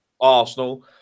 arsenal